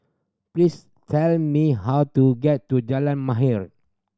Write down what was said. please tell me how to get to Jalan Mahir